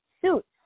suits